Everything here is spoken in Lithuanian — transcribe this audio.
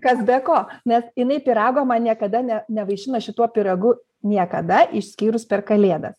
kas be ko nes jinai pyrago man niekada ne nevaišina šituo pyragu niekada išskyrus per kalėdas